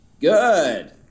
Good